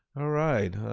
ah right,